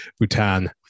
Bhutan